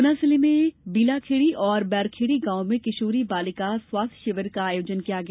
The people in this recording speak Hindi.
गुना जिले में बीलाखेड़ी और बैरखेड़ी गांव में किशोरी बालिका स्वास्थ्य जांच शिविर का आयोजन किया गया